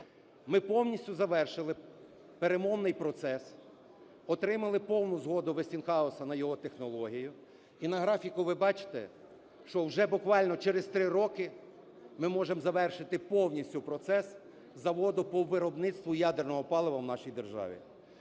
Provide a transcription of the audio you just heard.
Ми повністю завершили перемовний процес, отримали повну згоду Westinghouse на його технології. І на графіку ви бачите, що вже буквально через 3 роки ми можемо завершити повністю процес заводу по виробництву ядерного палива в нашій державі.